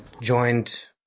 joined